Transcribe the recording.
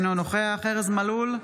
אינו נוכח ארז מלול,